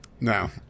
No